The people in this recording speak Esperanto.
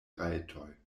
rajtoj